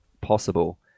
possible